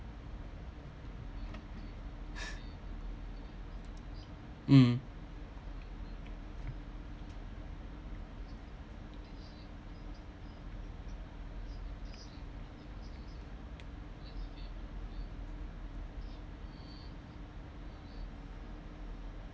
mm